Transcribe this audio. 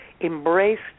embraced